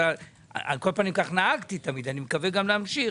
על כל פנים, כך נהגתי תמיד ואני מקווה גם להמשיך.